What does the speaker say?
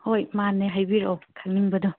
ꯍꯣꯏ ꯃꯥꯟꯅꯦ ꯍꯥꯏꯕꯤꯔꯛꯑꯣ ꯈꯪꯅꯤꯡꯕꯗꯣ